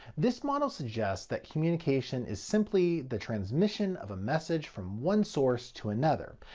this model suggests that communication is simply the transmission of a message from one source to another.